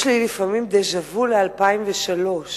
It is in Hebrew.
יש לי לפעמים דז'ה-וו, ל-2003,